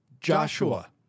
joshua